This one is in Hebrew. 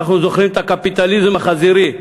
אנחנו זוכרים את הקפיטליזם החזירי,